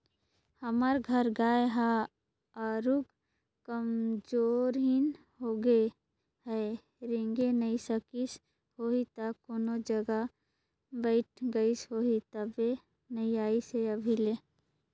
हमर घर गाय ह आरुग कमजोरहिन होगें हे रेंगे नइ सकिस होहि त कोनो जघा बइठ गईस होही तबे नइ अइसे हे अभी ले